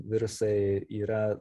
virusai yra